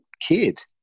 kid